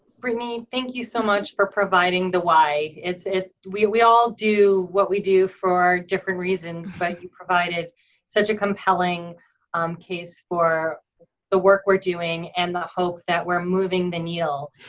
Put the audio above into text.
brittany thank you so much for providing the why. ah we we all do what we do for different reasons, but you provided such a compelling um case for the work we're doing and the hope that we're moving the needle,